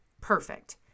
Perfect